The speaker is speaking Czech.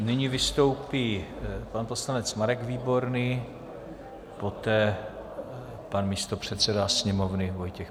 Nyní vystoupí pan poslanec Marek Výborný, poté pan místopředseda Sněmovny Vojtěch Pikal.